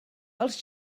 els